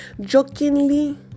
Jokingly